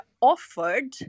offered